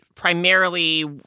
primarily